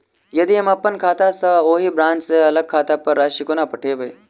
यदि हम अप्पन खाता सँ ओही ब्रांच केँ अलग खाता पर राशि कोना पठेबै?